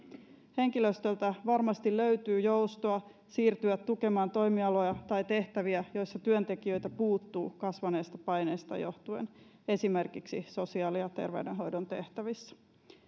henkilöstöltä varmasti löytyy joustoa siirtyä tukemaan toimialoja tai tehtäviä joissa työntekijöitä puuttuu kasvaneesta paineesta johtuen esimerkiksi sosiaali ja terveydenhoidon tehtävissä